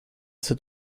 cet